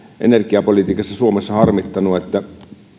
energiapolitiikassa suomessa harmittanut että